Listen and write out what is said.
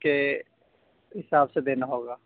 کے حساب سے دینا ہوگا